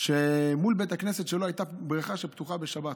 שמול בית הכנסת שלו הייתה בריכה שפתוחה בשבת,